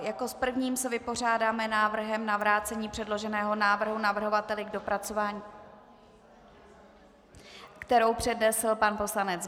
Jako s prvním se vypořádáme s návrhem na vrácení předloženého návrhu navrhovateli k dopracování, který přednesl pan poslanec Benda.